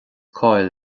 cáil